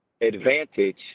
advantage